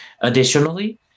Additionally